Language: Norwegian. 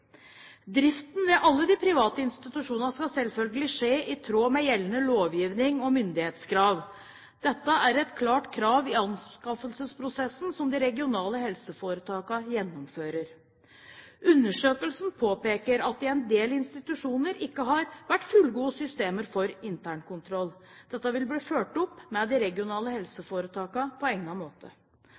Driften ved alle de private institusjonene skal selvfølgelig skje i tråd med gjeldende lovgivning og myndighetskrav. Dette er et klart krav i anskaffelsesprosessen som de regionale helseforetakene gjennomfører. Undersøkelsen påpeker at det i en del institusjoner ikke har vært fullgode systemer for internkontroll. Dette vil bli fulgt opp med de regionale helseforetakene på egnet måte.